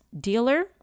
dealer